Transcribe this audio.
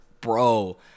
Bro